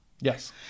Yes